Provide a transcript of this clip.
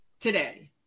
today